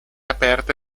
aperte